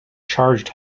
charged